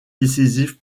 décisive